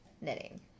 knitting